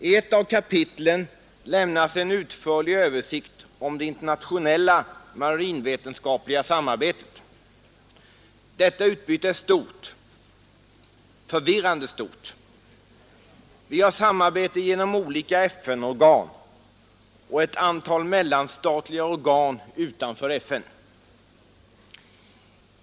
I ett av kapitlen lämnas en utförlig översikt över det internationella marinvetenskapliga samarbetet. Detta utbyte är stort, förvirrande stort. Vi har samarbete genom olika FN-organ och ett antal mellanstatliga organ utanför FN.